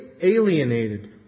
alienated